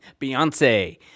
Beyonce